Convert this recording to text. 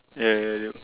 ya ya yep